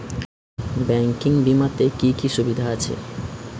Banking বিমাতে কি কি সুবিধা আছে?